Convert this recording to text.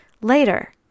later